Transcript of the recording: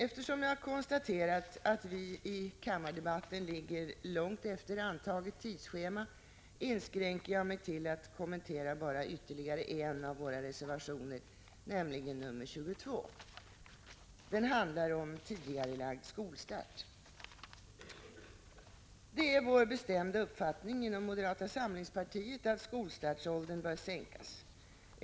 Eftersom jag har konstaterat att vi i kammardebatten ligger långt efter antaget tidsschema, inskränker jag mig till att kommentera bara ytterligare en av våra reservationer, nämligen nr 22. Den handlar om tidigarelagd skolstart. Det är vår bestämda uppfattning inom moderata samlingspartiet att skolstartsåldern bör sänkas.